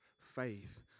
faith